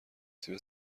تیم